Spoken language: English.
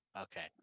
Okay